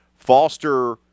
Foster